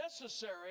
necessary